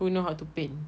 who know how to paint